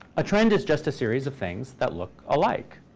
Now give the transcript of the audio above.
a trend is just a series of things that look alike.